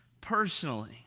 personally